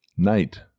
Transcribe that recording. Night